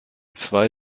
zwei